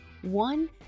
One